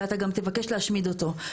ואתה גם תבקש להשמיד אותו.